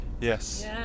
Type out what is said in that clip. yes